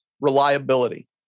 reliability